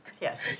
Yes